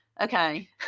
Okay